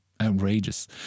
Outrageous